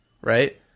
right